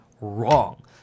wrong